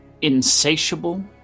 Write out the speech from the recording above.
insatiable